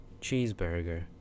Cheeseburger